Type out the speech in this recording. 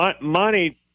money